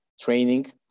training